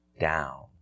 down